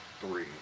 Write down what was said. Three